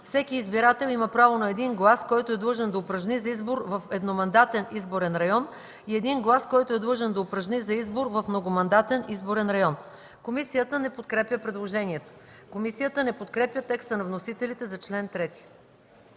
всеки избирател има право на един глас, който е длъжен да упражни за избор в едномандатен изборен район, и един глас, който е длъжен да упражни за избор в многомандатен изборен район.” Комисията не подкрепя предложението. Комисията не подкрепя текста на вносителите за чл. 3.